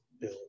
Bill